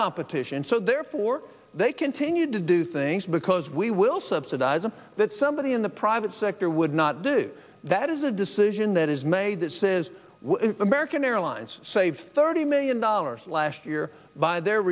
competition so therefore they continue to do things because we will subsidize them that somebody in the private sector would not do that is a decision that is made that says american airlines saved thirty million dollars last year by their